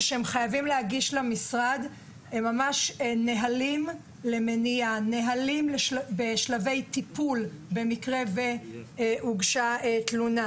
הם חייבים להגיש למשרד נהלים למניעה בשלבי טיפול במקרה שהוגשה תלונה,